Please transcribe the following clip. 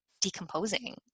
decomposing